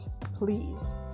please